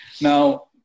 Now